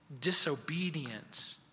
disobedience